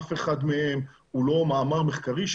אף אחד מהם הוא לא מאמר מחקרי,